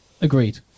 agreed